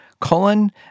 colon